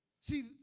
See